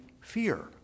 fear